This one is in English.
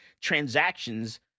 transactions